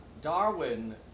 Darwin